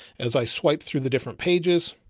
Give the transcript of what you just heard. as i swipe through the different pages,